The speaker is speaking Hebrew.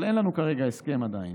אבל אין לנו כרגע הסכם עדיין,